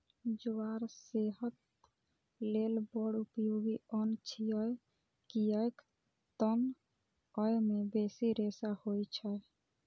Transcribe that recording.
ज्वार सेहत लेल बड़ उपयोगी अन्न छियै, कियैक तं अय मे बेसी रेशा होइ छै